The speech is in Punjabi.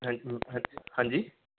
ਹਾਂਜੀ